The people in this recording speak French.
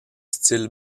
style